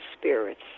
spirits